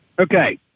Okay